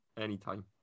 anytime